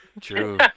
True